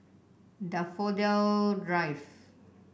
Daffodil Drive